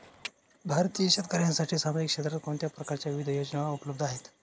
भारतीय शेतकऱ्यांसाठी सामाजिक क्षेत्रात कोणत्या प्रकारच्या विविध योजना उपलब्ध आहेत?